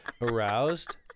aroused